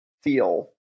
feel